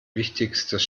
wichtigstes